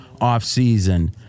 offseason